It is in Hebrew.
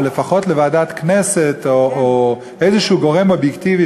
או לפחות לוועדת כנסת או לאיזה גורם אובייקטיבי,